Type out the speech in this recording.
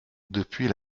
depuis